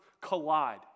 collide